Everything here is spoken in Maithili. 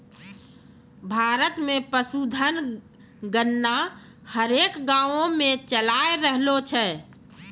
भारत मे पशुधन गणना हरेक गाँवो मे चालाय रहलो छै